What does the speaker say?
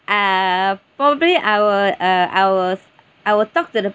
uh probably I will uh I will I will talk to the